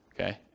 Okay